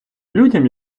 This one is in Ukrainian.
людям